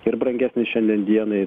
ir brangesnis šiandien dienai